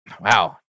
Wow